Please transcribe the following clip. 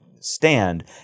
stand